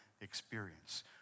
experience